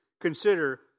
consider